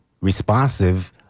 responsive